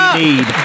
need